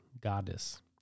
goddess